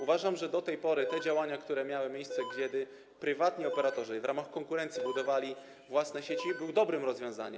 Uważam, że do tej pory te działania, które miały miejsce, kiedy prywatni operatorzy w ramach konkurencji budowali własne sieci, były dobrym rozwiązaniem.